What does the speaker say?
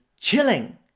chilling